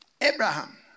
Abraham